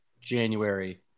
January